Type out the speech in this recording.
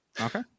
Okay